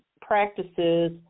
practices